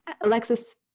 Alexis